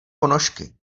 ponožky